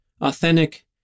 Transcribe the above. authentic